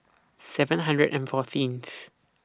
seven hundred and fourteenth